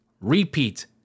repeat